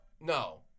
No